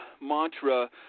mantra